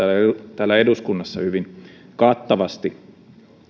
täällä eduskunnassa hyvin kattavasti